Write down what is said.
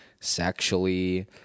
sexually